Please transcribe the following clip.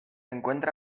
encuentra